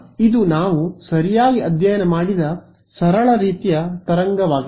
ಆದ್ದರಿಂದ ಇದು ನಾವು ಸರಿಯಾಗಿ ಅಧ್ಯಯನ ಮಾಡಿದ ಸರಳ ರೀತಿಯ ತರಂಗವಾಗಿದೆ